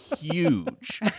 huge